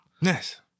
Yes